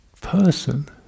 person